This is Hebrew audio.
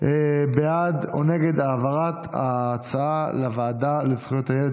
בעד או נגד העברת ההצעה לוועדה לזכויות הילד.